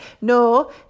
No